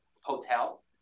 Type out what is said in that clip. hotel